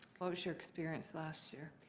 what was your experience last year?